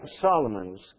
Solomon's